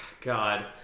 God